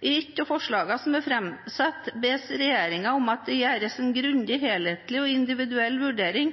I ett av forslagene som er framsatt, bes regjeringen om at det gjøres en grundig, helhetlig og individuell vurdering